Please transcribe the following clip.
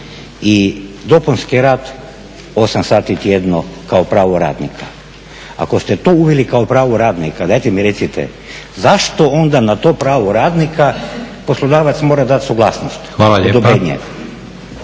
I dopunski rad osam sati tjedno kao pravo radnika. Ako ste to uveli kao pravo radnika dajte mi recite zašto onda na to pravo radnika poslodavac mora dati suglasnost, odobrenje?